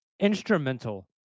instrumental